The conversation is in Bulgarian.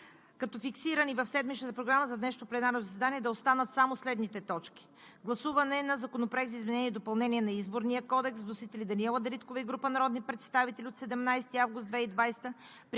като фиксирани в седмичната Програма за днешното пленарно заседание да останат само следните точки: 1. Гласуване на Законопроекта за изменение и допълнение на Изборния кодекс с вносители Даниела Дариткова и група народни представители от 17 август 2020